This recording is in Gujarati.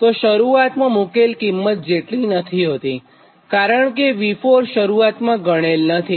તે શરૂઆતમાં મુકેલ કિંમત જેટલી નથી હોતુંકારણ કે V4 શરૂઆતમાં ગણેલ નથી